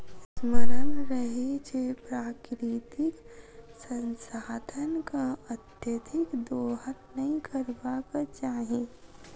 स्मरण रहय जे प्राकृतिक संसाधनक अत्यधिक दोहन नै करबाक चाहि